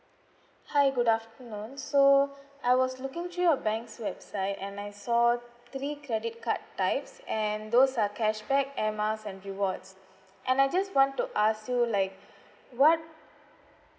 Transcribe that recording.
hi good afternoon so I was looking through your bank's website and I saw three credit card types and those are cashback air miles and rewards and I just want to ask you like what